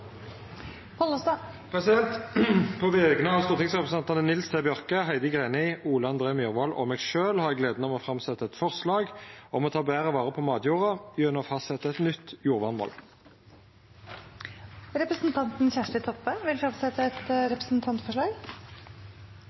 På vegner av stortingsrepresentantane Nils T. Bjørke, Heidi Greni, Ole André Myhrvold og meg sjølv har eg gleda av å setja fram eit forslag om å ta betre vare på matjorda gjennom å fastsetja eit nytt jordvernmål. Representanten Kjersti Toppe vil fremsette et representantforslag.